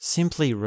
Simply